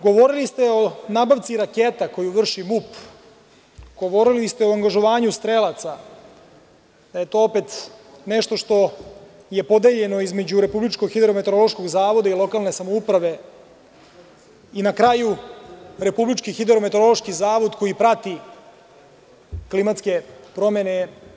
Govorili ste o nabavci raketa koju vrši MUP i govorili ste o angažovanju strelaca, da je to opet nešto što je podeljeno između Republičkog hidrometeorološkog zavoda i lokalne samouprave i na kraju Republički hidrometeorološki zavod koji prati klimatske promene.